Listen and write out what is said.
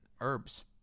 herbs